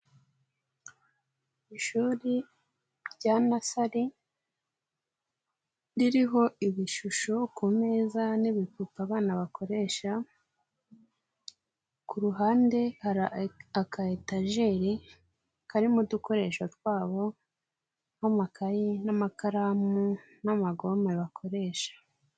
Ishuri rya nasari ririho ibishusho ku meza n'ibipupe abana bakoresha, ku ruhande hari aka etajeri karimo udukoresho twabo, nk'amakayi n'amakaramu n'amagoma bakoresha.